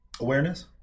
awareness